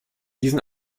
diesen